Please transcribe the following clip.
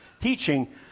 teaching